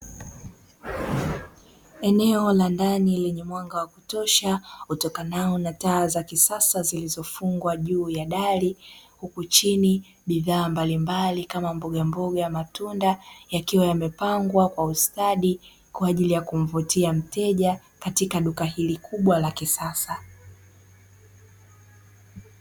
Eneo la ndani lenye mwanga wa kutosha utokanao na taa za kisasa, zilizofungwa juu ya dari huku chini bidhaa mbalimbali kama mboga ya matunda, yakiwa yamepangwa kwa ustadi kwa ajili ya kumvutia mteja katika duka hili kubwa la kisasa.